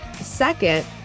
Second